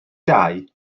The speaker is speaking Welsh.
dau